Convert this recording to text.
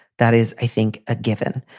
that is, i think, a given.